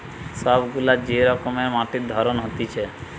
সব গুলা যে রকমের মাটির ধরন হতিছে